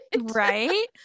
right